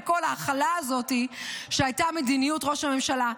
וכל ההכלה הזאת שהייתה מדיניות ראש הממשלה,